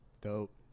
Dope